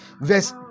Verse